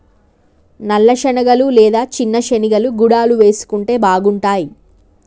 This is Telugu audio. నల్ల శనగలు లేదా చిన్న శెనిగలు గుడాలు వేసుకుంటే బాగుంటాయ్